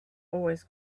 always